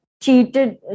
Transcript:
cheated